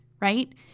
right